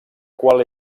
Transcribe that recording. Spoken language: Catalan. qual